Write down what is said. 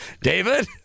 David